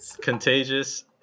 Contagious